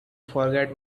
forget